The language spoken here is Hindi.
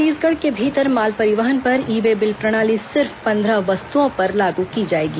छत्तीसगढ़ के भीतर माल परिवहन पर ई वे बिल प्रणाली सिर्फ पन्द्रह वस्तुओं पर लागू की जाएगी